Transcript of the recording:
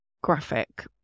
graphic